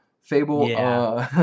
Fable